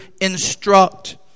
instruct